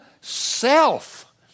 self